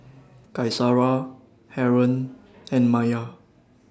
Qaisara Haron and Maya